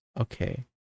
Okay